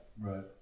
Right